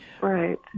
Right